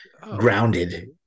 grounded